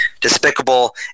despicable